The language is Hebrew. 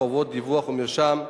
חובות דיווח ומרשם),